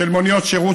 של מוניות שירות,